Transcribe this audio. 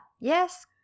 yes